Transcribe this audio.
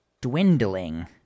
dwindling